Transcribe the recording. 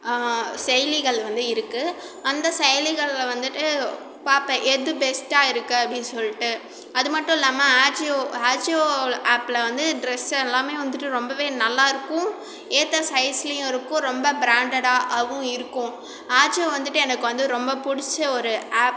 செயலிகள் வந்து இருக்குது அந்த செயலிகளில் வந்துட்டு பார்ப்பேன் எது பெஸ்ட்டாக இருக்குது அப்படி சொல்லிட்டு அது மட்டும் இல்லாமல் ஆஜியோ ஆஜியோவில் ஆப்பில் வந்து டிரஸ் எல்லாமே வந்துட்டு ரொம்பவே நல்லாயிருக்கும் ஏற்ற சைஸ்லேயும் இருக்கும் ரொம்ப பிராண்டடாகவும் இருக்கும் ஆஜியோ வந்துட்டு எனக்கு வந்து ரொம்ப பிடிச்ச ஒரு ஆப்